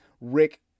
Rick